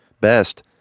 Best